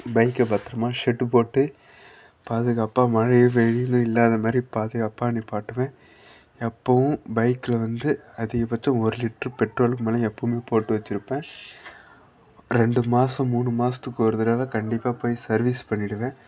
பைக்கை பத்திரமா ஷெட்டு போட்டு பாதுகாப்பாக மழையும் வெயிலும் இல்லாத மாதிரி பாதுகாப்பாக நிப்பாட்டுவேன் எப்போவும் பைக்கில் வந்து அதிகபட்சம் ஒரு லிட்ரு பெட்ரோலுக்கு மேல் எப்போவுமே போட்டு வச்சிருப்பேன் ரெண்டு மாசம் மூணு மாதத்துக்கு ஒரு தடவ கண்டிப்பாக போய் சர்வீஸ் பண்ணிவிடுவேன்